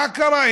מה קרה?